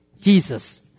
Jesus